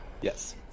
Yes